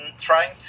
trying